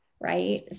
right